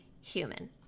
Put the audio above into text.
human